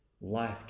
life